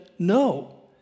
No